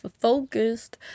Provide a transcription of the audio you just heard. focused